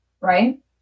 right